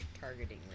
targeting